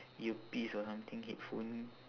earpiece or something headphone